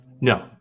No